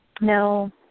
No